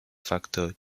factor